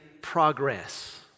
progress